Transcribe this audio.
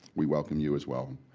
we welcome you as well,